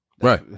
right